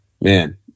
man